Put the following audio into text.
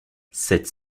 cette